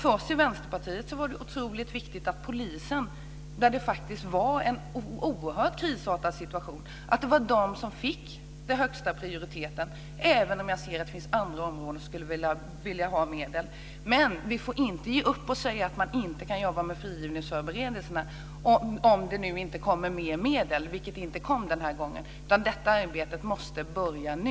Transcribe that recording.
För oss i Vänsterpartiet var det otroligt viktigt att polisen, när det var en krisartad situation, fick den högsta prioriteten, även om jag ser att det finns andra områden som skulle vilja ha medel. Men vi får inte ge upp och säga att man inte kan jobba med frigivningsförberedelserna om det nu inte kommer mer medel, vilket det inte gjorde den här gången. Detta arbete måste börja nu!